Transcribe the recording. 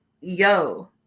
yo